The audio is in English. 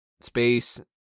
space